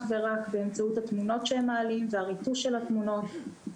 ורק באמצעות התמונות שהם מעלים והריטוש של התמונות.